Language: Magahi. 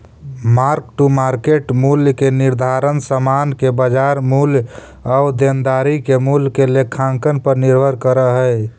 मार्क टू मार्केट मूल्य के निर्धारण समान के बाजार मूल्य आउ देनदारी के मूल्य के लेखांकन पर निर्भर करऽ हई